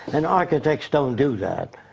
and architects don't do that.